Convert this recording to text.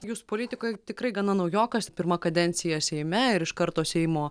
jūs politikoj tikrai gana naujokas pirma kadencija seime ir iš karto seimo